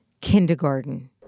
kindergarten